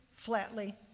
Flatly